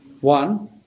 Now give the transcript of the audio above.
One